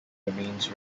remains